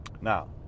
now